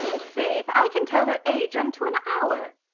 faith, i can tell her age unto an hour.